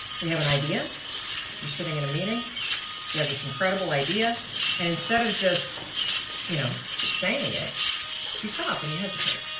we have an idea you are sitting in a meeting you have this incredible idea and instead of just you know saying it you stop and you hesitate.